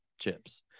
chips